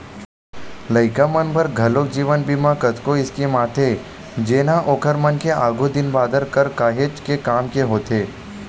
लइका मन बर घलोक जीवन बीमा के कतको स्कीम आथे जेनहा ओखर मन के आघु दिन बादर बर काहेच के काम के होथे